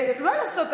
מה לעשות?